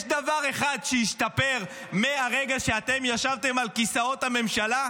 יש דבר אחד שהשתפר מהרגע שישבתם על כיסאות הממשלה,